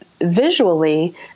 visually